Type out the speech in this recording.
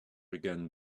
again